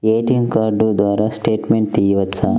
ATM card ద్వారా statement తీయవచ్చా?